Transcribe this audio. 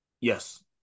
Yes